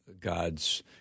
god's